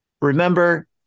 remember